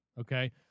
okay